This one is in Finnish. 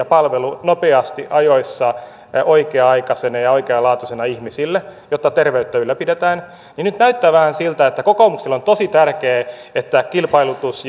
palvelu nopeasti ajoissa oikea aikaisena ja oikealaatuisena ihmisille jotta terveyttä ylläpidetään niin nyt näyttää vähän siltä että kokoomukselle on tosi tärkeää että kilpailutus